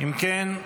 אם כן,